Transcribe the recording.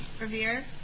Revere